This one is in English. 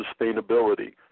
sustainability